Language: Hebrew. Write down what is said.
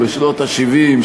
בשנות ה-70,